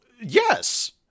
Yes